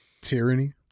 Tyranny